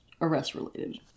arrest-related